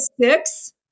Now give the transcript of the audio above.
six